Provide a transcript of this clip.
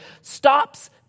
stops